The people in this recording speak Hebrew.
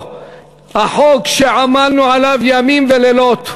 החוק שעמלנו עליו ימים ולילות,